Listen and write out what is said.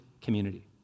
community